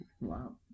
Wow